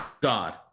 God